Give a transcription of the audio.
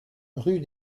rue